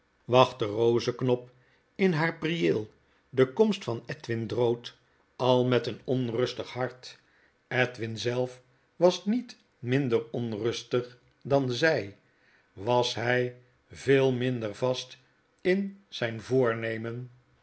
roseknop in haar prieel de komst van edwin drood al met een onrustig hart edwin zelf was niet minder onrustig dan zij was hjj veel minder vast in zgn voornemen